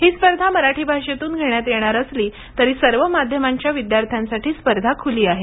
ही स्पर्धा मराठी भाषेतून घेण्यात येणार असली तरी सर्व माध्यमांच्या विद्यार्थ्यांसाठी स्पर्धा खूली आहे